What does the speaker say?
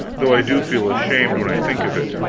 though i do feel ashamed when i think of it